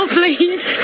please